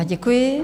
Děkuji.